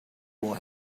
boy